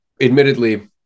admittedly